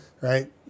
right